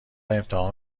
امتحان